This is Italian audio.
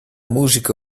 musica